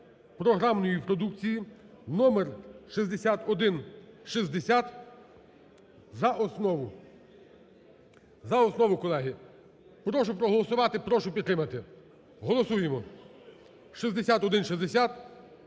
програмної продукції номер 6160 за основу, за основу, колеги. Прошу проголосувати, прошу підтримати. Голосуємо 6160